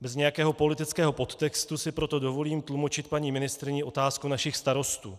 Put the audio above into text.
Bez nějakého politického podtextu si proto dovolím tlumočit paní ministryni otázku našich starostů.